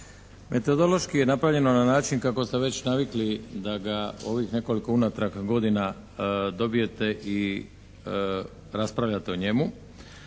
Metodološki je napravljeno na način kako ste već navikli da ga ovih nekoliko unatrag godina dobijete i raspravljate o njemu.